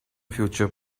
future